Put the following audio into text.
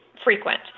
frequent